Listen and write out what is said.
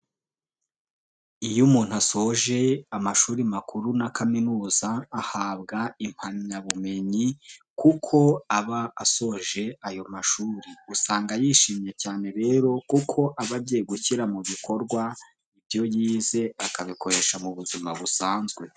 Iyo umuntu asoje amashuri makuru na kaminuza ahabwa impamyabumenyi kuko aba asoje ayo mashuri. Usanga yishimye cyane rero kuko aba agiye gushyira mu bikorwa ibyo yize akabikoresha mu buzima busanzwe.